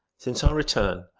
since our return,